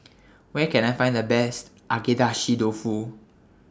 Where Can I Find The Best Agedashi Dofu